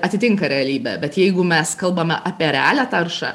atitinka realybę bet jeigu mes kalbame apie realią taršą